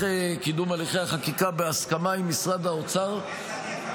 קידום הליכי החקיקה בהסכמה עם משרד האוצר -- נניח,